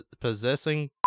Possessing